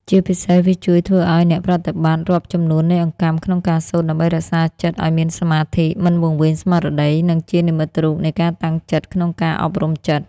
ជាពិសេស វាជួយធ្វើអោយអ្នកប្រតិបត្តិ រាប់ចំនួននៃអង្កាំក្នុងការសូត្រ ដើម្បីរក្សាចិត្តឱ្យមានសមាធិ មិនវង្វេងស្មារតី និងជានិមិត្តរូបនៃការតាំងចិត្តក្នុងការអប់រំចិត្ត។